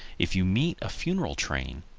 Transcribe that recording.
if you meet a funeral train,